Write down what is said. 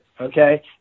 Okay